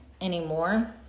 anymore